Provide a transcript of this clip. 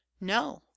no